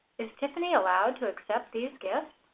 is tiffany allowed to accept these gifts?